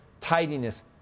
tidiness